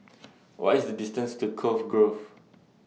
What IS The distance to Cove Grove